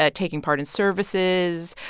ah taking part in services,